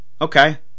Okay